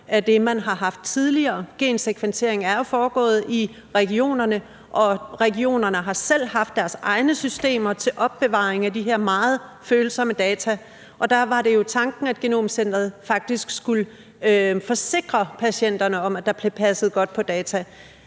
af det, man har haft tidligere. Gensekventering er jo foregået i regionerne, og regionerne har selv haft deres egne systemer til opbevaring af de her meget følsomme data, og der var det jo tanken, at genomcenteret faktisk skulle forsikre patienterne om, at der blev passet godt på data.